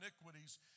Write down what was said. iniquities